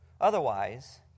otherwise